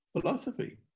philosophy